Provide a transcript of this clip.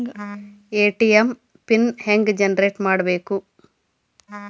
ATM pin ಹೆಂಗ್ generate ಮಾಡಬೇಕು?